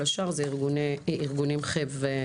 כל השאר הם ארגונים חברתיים.